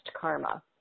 karma